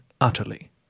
utterly